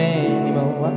anymore